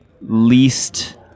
least